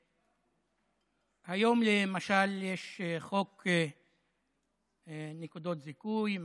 היום למשל יש חוק נקודות זיכוי,